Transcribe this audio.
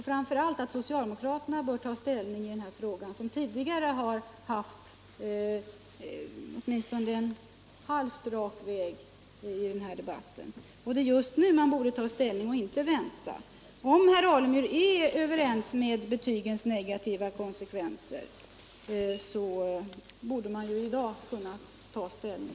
Framför allt bör socialdemokraterna ta ställning i denna fråga, eftersom de tidigare haft åtminstone en något så när rak linje i denna debatt. är alltså just nu man borde ta ställning och inte vänta. Om herr Alemyr är överens med oss om betygens negativa konsekvenser, borde han i dag kunna ta ställning.